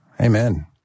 Amen